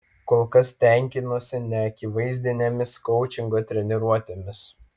kol kas tenkinuosi neakivaizdinėmis koučingo treniruotėmis